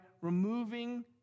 removing